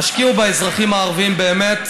תשקיעו באזרחים הערבים באמת.